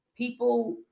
People